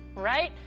right?